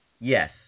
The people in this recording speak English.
Yes